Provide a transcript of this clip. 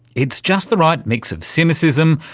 it's just the right mix of cynicism,